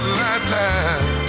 lifetime